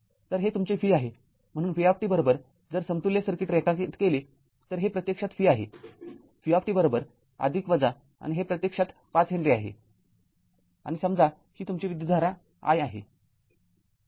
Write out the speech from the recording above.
तर हे तुमचे v आहे म्हणून v जर समतुल्य सर्किट रेखांकित केले तर हे प्रत्यक्षात v आहे vआदिक आणि हे प्रत्यक्षात ५ हेनरी आहे आणि समजा ही तुमची विद्युतधारा i